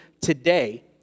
today